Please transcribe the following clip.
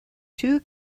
two